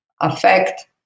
affect